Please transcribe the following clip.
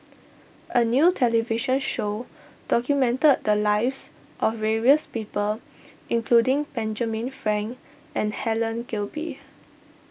a new television show documented the lives of various people including Benjamin Frank and Helen Gilbey